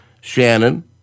Shannon